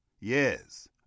yes